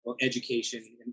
education